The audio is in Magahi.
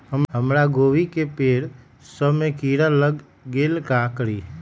हमरा गोभी के पेड़ सब में किरा लग गेल का करी?